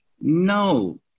No